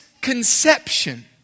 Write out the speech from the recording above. conception